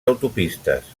autopistes